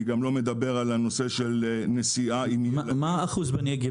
אני גם לא מדבר על הנושא של נסיעה עם --- מה האחוז בנגב,